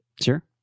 Sure